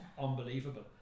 unbelievable